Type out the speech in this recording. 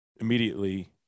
immediately